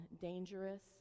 dangerous